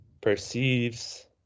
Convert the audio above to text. perceives